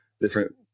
different